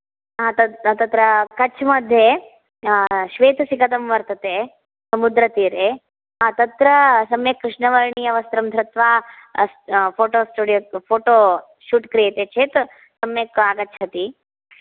हा तत् तत्र कच् मध्ये श्वेतसिकतं वर्तते समुद्रतीरे तत्र सम्यक् कृष्णवर्णीयवस्त्रं धृत्वा फोटोस्टुडियो फोटोशूट् क्रियते चेत् सम्यक् आगच्छति